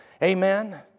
amen